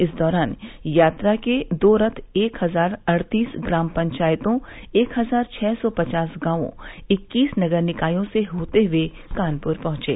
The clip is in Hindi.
इस दौरान यात्रा के दो रथ एक हजार अड़तीस ग्राम पंचायतों एक हजार छह सौ पचास गांवों इक्कीस नगर निकायों से होते हुए कानपुर पहुंचे